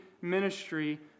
ministry